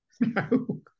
No